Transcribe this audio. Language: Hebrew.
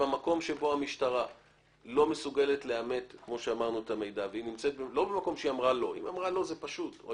אם המשטרה אמרה "לא" או אם היא אמרה "כן",